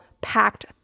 packed